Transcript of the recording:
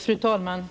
Fru talman!